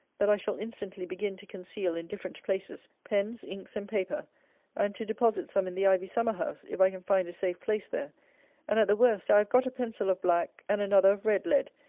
that i shall instantly begin to conceal, in different places, pens, inks, and paper and to deposit some in the ivy summer-house, if i can find a safe place there and, at the worst, i have got a pencil of black, and another of red lead,